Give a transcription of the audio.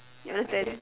you understand